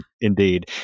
Indeed